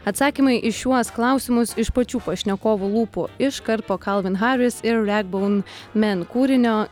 atsakymai į šiuos klausimus iš pačių pašnekovų lūpų iškart po kalvin haris ir ragnbone man kūrinio